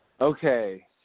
Okay